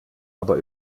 aber